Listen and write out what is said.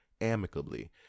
amicably